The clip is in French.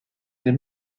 les